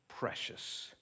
precious